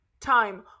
time